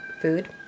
food